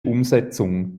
umsetzung